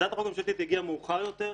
הצעת החוק הממשלתית הגיעה מאוחר יותר,